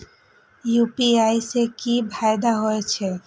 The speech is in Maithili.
यू.पी.आई से की फायदा हो छे?